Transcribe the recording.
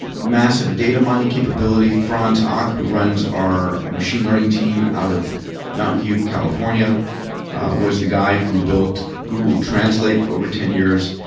massive data mining capability. franz och, who runs our machine learning team out of mountain view, california was the guy who built google translate for over ten years.